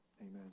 Amen